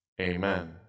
amen